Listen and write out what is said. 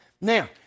Now